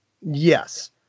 Yes